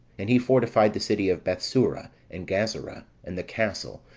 and he fortified the city of bethsura, and gazara, and the castle,